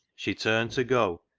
she turned to go,